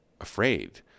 afraid